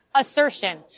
assertion